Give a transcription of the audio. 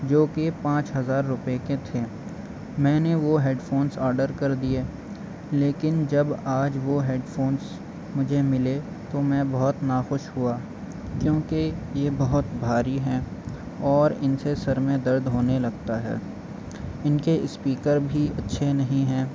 جو کہ پانچ ہزار روپے کے تھے میں نے وہ ہیڈ فونس آڈر کر دیے لیکن جب آج وہ ہیڈ فونس مجھے ملے تو میں بہت ناخوش ہوا کیونکہ یہ بہت بھاری ہیں اور ان سے سر میں درد ہونے لگتا ہے ان کے اسپیکر بھی اچھے نہیں ہیں